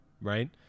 right